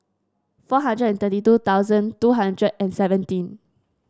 four hundred and thirty two thousand two hundred and seventeen